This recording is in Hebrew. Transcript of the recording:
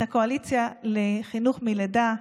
את הקואליציה לחינוך מלידה,